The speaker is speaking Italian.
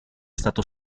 stato